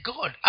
God